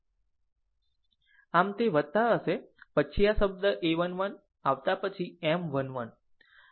આમ તે હશે પછી આ શબ્દ a 1 1 આવતા પછી M 1 1